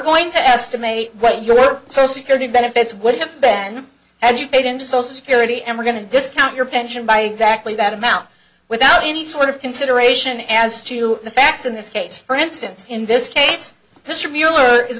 going to estimate what your social security benefits what if then and you paid into social security and we're going to discount your pension by exactly that amount without any sort of consideration as to the facts in this case for instance in this case mr mueller is